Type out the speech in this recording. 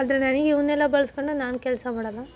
ಆದರೆ ನನಗೆ ಇವನ್ನೆಲ್ಲ ಬಳಸಿಕೊಂಡು ನಾನು ಕೆಲಸ ಮಾಡೋಲ್ಲ